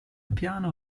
piano